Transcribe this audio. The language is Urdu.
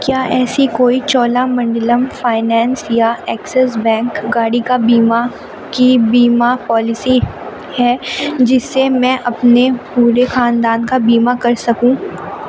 کیا ایسی کوئی چولا منڈلم فائنانس یا ایکسس بینک گاڑی کا بیمہ کی بیمہ پالیسی ہے جس سے میں اپنے پورے خاندان کا بیمہ کر سکوں